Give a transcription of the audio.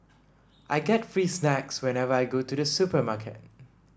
I get free snacks whenever I go to the supermarket